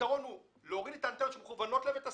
הפתרון הוא להוריד את האנטנות שמכוונות אל בית הספר,